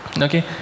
okay